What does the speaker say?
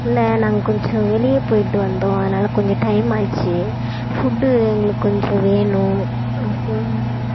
இல்லை நாங்கள் கொஞ்சம் வெளியே போய்விட்டு வந்தோம் அதனால் கொஞ்சம் டைம் ஆகிருச்சு ஃபுட்டு எங்களுக்கு கொஞ்சம் வேணும்